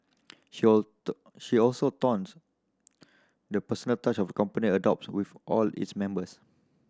she she also touts the personal touch of company adopts with all its members